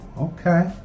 Okay